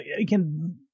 again